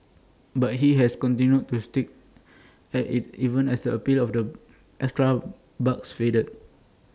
but he has continued to A stick at IT even as the appeal of the extra bucks fades